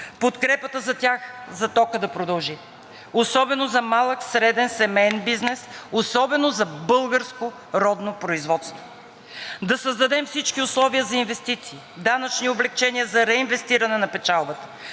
Подкрепата за тях за тока да продължи, особено за малък, среден, семеен бизнес, особено за българско родно производство. Да създадем всички условия за инвестиции, данъчни облекчения за реинвестиране на печалбата,